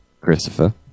Christopher